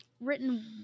written